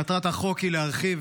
מטרת החקוק היא להרחיב